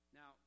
now